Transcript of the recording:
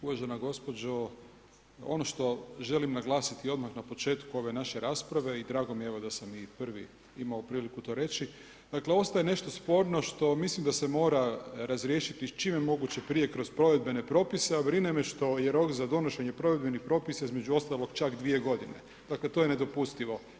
Uvažena gospođo, ono što želim naglasiti odmah na početku ove naše rasprave i drago mi je evo, da sam i prvi imao priliku to reći, ostaje nešto sporno što mislim da se mora razriješiti čim je moguće prije kroz provedbene propise, a brine me što, jer ovo za donošenje provedbenih propisa između ostalih čak 2 g. Dakle, to je nedopustivo.